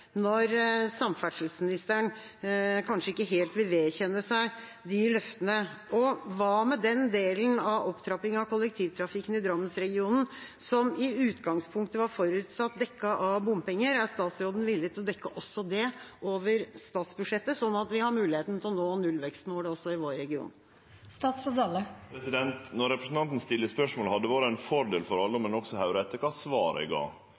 når samferdselsministeren kanskje ikke helt vil vedkjenne seg de løftene? Og hva med den delen av opptrapping av kollektivtrafikken i Drammens-regionen som i utgangspunktet var forutsatt dekket av bompenger – er statsråden villig til å dekke også det over statsbudsjettet, slik at vi har muligheten til å nå nullvekstmålet også i vår region? Når representanten stiller spørsmål, hadde det vore ein fordel for alle